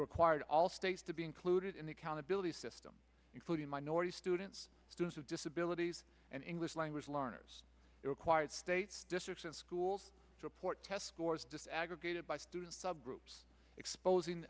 required all states to be included in the countability system including minority students students with disabilities and english language learners it required states districts in schools to report test scores just aggregated by students subgroups exposing